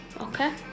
Okay